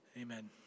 amen